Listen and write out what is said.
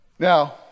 Now